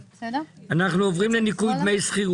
הישיבה ננעלה בשעה